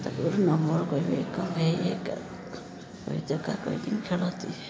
ତାକୁ ଗୋଟେ ନମ୍ବର କହିବେ କହିକିନି ଖେଳନ୍ତି